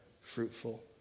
fruitful